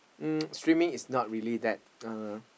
um streaming is not really that uh